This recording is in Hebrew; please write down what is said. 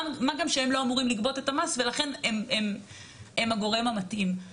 מה גם שהם לא אמורים לגבות את המס ולכן הם הגורם המתאים.